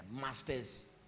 master's